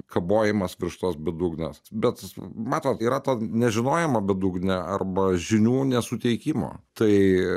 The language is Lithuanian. kabojimas virš tos bedugnės bet matot yra ta nežinojimo bedugnė arba žinių nesuteikimo tai